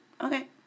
okay